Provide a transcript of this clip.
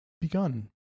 begun